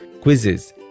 quizzes